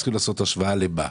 צריך לעשות השוואה ל-מה.